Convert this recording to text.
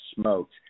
smoked